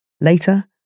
Later